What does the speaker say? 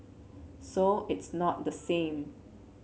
so it's not the same